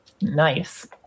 Nice